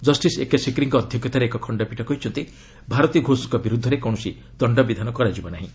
justice A ସିକ୍ରିଙ୍କ ଅଧ୍ୟକ୍ଷତାରେ ଏକ ଖଶ୍ତପୀଠ କହିଛନ୍ତି ଭାରତୀ ଘୋଷଙ୍କ ବିରୁଦ୍ଧରେ କୌଣସି ଦଶ୍ଚବିଧାନ କରାଯିବ ନାହିଁ